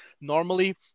normally